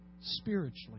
spiritually